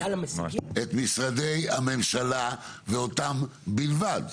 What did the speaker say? את משרדי הממשלה ואותם בלבד,